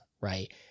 right